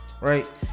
Right